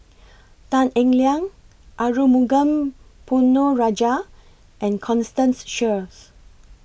Tan Eng Liang Arumugam Ponnu Rajah and Constance Sheares